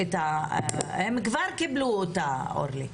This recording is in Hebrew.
הם כבר קיבלו אותה, אורלי.